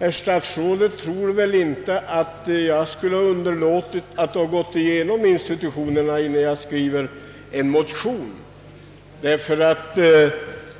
herr statsrådet tror väl inte att jag skulle underlåta att gå igenom dessa innan jag skriver en motion?